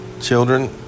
Children